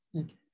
okay